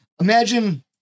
imagine